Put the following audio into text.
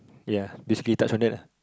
ya basically touch on that ah